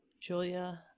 Julia